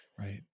Right